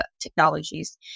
technologies